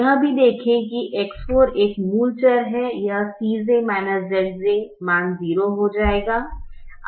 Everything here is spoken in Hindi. यह भी देखें कि X4 एक मूल चर है यह Cj Zj मान 0 हो जाएगा